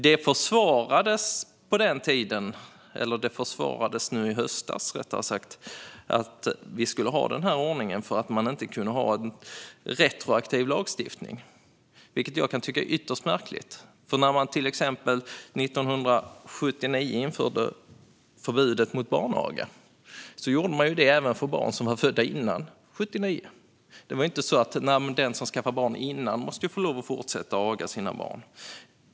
Att vi skulle ha den ordningen försvarades i höstas med att man inte kan ha en retroaktiv lagstiftning. Det tycker jag är ytterst märkligt. När man 1979 införde förbud mot barnaga gällde det även barn som var födda före 1979. Den som skaffat barn före det skulle ju inte få lov att fortsätta aga sina barn.